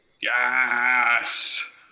Yes